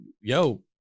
yo